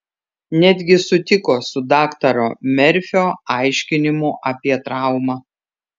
netgi sutiko su daktaro merfio aiškinimu apie traumą